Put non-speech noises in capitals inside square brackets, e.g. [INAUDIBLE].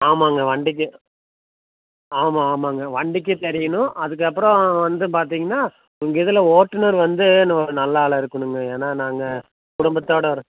ஆமாங்க வண்டிக்கு ஆமாம் ஆமாங்க வண்டிக்கு தெரியணும் அதுக்கப்புறம் வந்து பார்த்திங்கனா உங்கள் இதில் ஓட்டுநர் வந்து [UNINTELLIGIBLE] நல்ல ஆளாக இருக்கணுங்க ஏன்னால் நாங்கள் குடும்பத்தோடு வரோம்